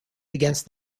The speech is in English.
against